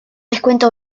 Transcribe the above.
descuento